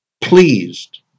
pleased